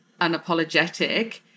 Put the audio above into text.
unapologetic